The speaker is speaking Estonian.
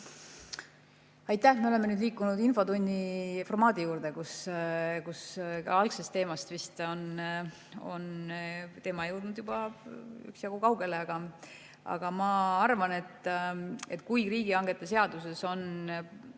Aitäh! Me oleme nüüd liikunud infotunni formaadi juurde, kus algsest teemast on jõutud juba üksjagu kaugele. Aga ma arvan, et kui riigihangete seaduses on